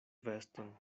veston